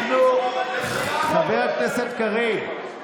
חבר הכנסת קריב.